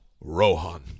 Rohan